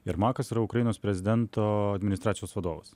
jermakas yra ukrainos prezidento administracijos vadovas